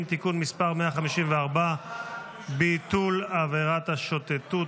(תיקון מס' 154) (ביטול עבירת השוטטות),